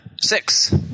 Six